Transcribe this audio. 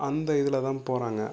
அந்த இதில் தான் போகிறாங்க